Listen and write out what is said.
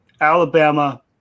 Alabama